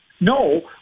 No